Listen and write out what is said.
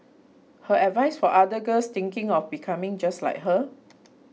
her advice for other girls thinking of becoming just like her